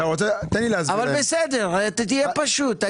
אבל בסדר, תהיה פשוט.